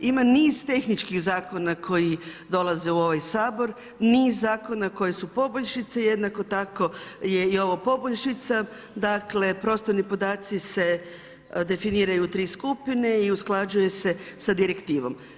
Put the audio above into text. Ima niz tehničkih zakona koji dolaze u ovaj Sabor, niz zakona koje su poboljšice, jednako tako je i ovo poboljšica, dakle prostorni podaci se definiraju u tri skupine i usklađuje se sa direktivom.